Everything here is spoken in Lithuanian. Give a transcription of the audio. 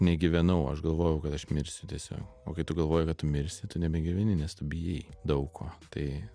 negyvenau aš galvojau kad aš mirsiu tiesiog o kai tu galvoji kad tu mirsi tu nebegyveni nes tu bijai daug ko tai